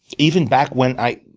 even back when i